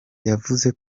yavuze